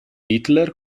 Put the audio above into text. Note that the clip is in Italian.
hitler